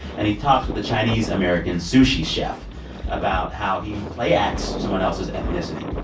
and he talks with a chinese-american sushi chef about how he play acts someone else's ethnicity.